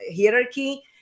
hierarchy